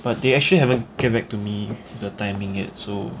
but they actually haven't get back to me the timing yet so